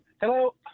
hello